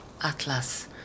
Atlas